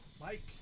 Mike